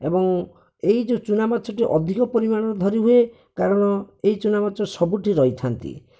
ଏବଂ ଏହି ଯେଉଁ ଚୁନା ମାଛଟି ଅଧିକ ପରିମାଣର ଧରି ହୁଏ କାରଣ ଏହି ଚୁନା ମାଛ ସବୁଠି ରହିଥାନ୍ତି